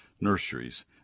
nurseries